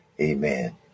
Amen